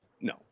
No